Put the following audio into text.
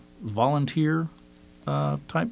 volunteer-type